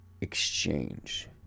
exchange